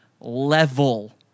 level